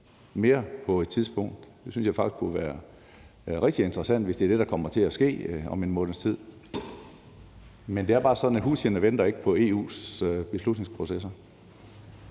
engagere sig mere. Jeg synes faktisk, det kunne være rigtig interessant, hvis det er det, der kommer til at ske om en måneds tid. Men det er bare sådan, at houthierne ikke venter på EU's beslutningsprocesser.